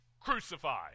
crucified